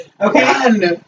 Okay